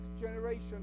generation